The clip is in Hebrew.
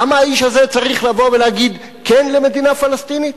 למה האיש הזה צריך לבוא ולהגיד כן למדינה פלסטינית?